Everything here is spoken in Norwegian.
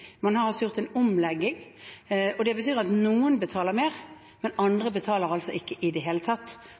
Man har altså gjort en omlegging. Det betyr at noen betaler mer, andre betaler ikke i det hele tatt.